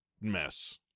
mess